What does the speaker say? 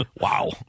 Wow